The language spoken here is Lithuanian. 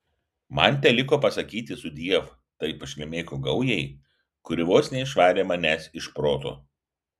man teliko pasakyti sudiev tai pašlemėkų gaujai kuri vos neišvarė manęs iš proto